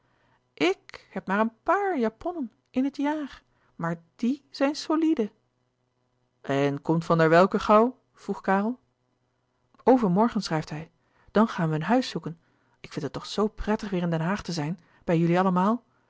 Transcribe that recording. ik heb maar een pàar japonnen in het jaar maar die zijn solide en komt van der welcke gauw vroeg karel overmorgen schrijft hij dan gaan we een huis zoeken ik vind het toch zoo prettig weêr in den haag te zijn bij jullie allemaal